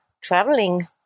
traveling